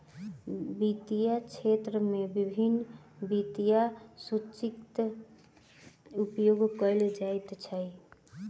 वित्तीय क्षेत्र में विभिन्न वित्तीय सूत्रक उपयोग कयल जाइत अछि